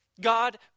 God